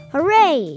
Hooray